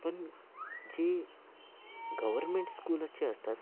पन जे गव्हर्नमेंट स्कूलचे असतात